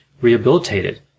rehabilitated